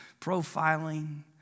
profiling